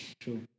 True